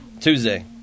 Tuesday